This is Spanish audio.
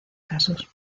casos